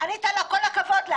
אתה ענית לה כל הכבוד לך.